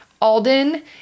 Alden